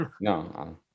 No